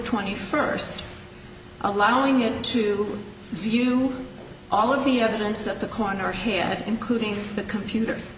twenty first allowing it to view all of the evidence at the corner here including the computer